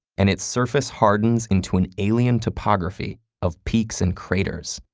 and its surface hardens into an alien topography of peaks and craters.